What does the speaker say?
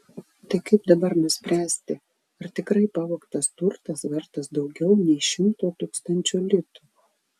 tai kaip dabar nuspręsti ar tikrai pavogtas turtas vertas daugiau nei šimto tūkstančių litų